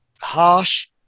harsh